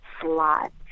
slot